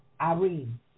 Irene